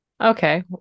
Okay